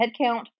headcount